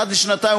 אחת לשנתיים,